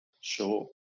Sure